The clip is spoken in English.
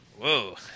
Whoa